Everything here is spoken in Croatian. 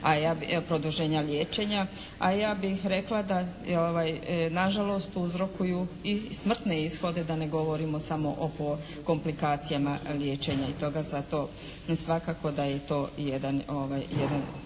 a ja bih rekla da na žalost uzrokuju i smrtne ishode, da ne govorimo samo o komplikacijama liječenja i toga, zato svakako da je to jedan